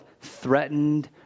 threatened